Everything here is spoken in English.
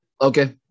Okay